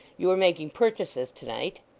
you were making purchases to-night